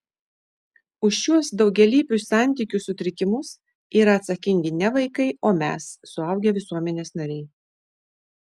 už šiuos daugialypius santykių sutrikimus yra atsakingi ne vaikai o mes suaugę visuomenės nariai